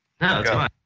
No